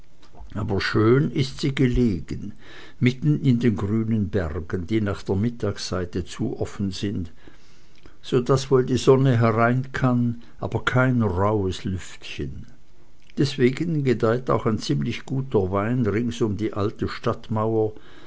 aber schön ist sie gelegen mitten in grünen bergen die nach der mittagseite zu offen sind so daß wohl die sonne herein kann aber kein rauhes lüftchen deswegen gedeiht auch ein ziemlich guter wein rings um die alte stadtmauer